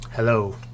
hello